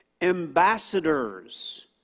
ambassadors